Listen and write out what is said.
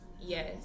Yes